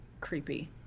creepy